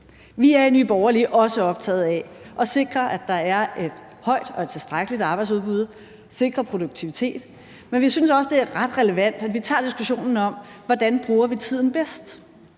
Vi er i Nye Borgerlige også optaget af at sikre, at der er et højt og et tilstrækkeligt arbejdsudbud, og sikre produktivitet, men vi synes også, det er ret relevant, at vi tager diskussionen om, hvordan vi bruger tiden bedst.